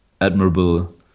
admirable